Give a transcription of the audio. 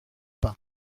pas